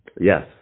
Yes